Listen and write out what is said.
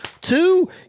two